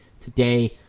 today